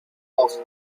post